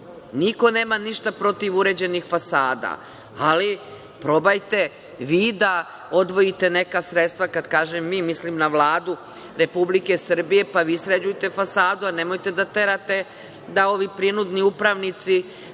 Niko nema ništa protiv uređenih fasada, ali probajte vi da odvojite neka sredstva, kada kažem vi, mislim na Vladu Republike, pa vi sređujte fasadu. Nemojte da terate da ovi prinudni upravnici